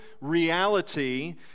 reality